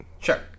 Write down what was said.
Sure